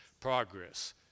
progress